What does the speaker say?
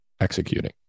executing